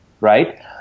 right